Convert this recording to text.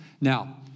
Now